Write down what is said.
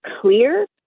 clear